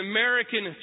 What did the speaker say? American